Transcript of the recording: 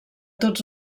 tots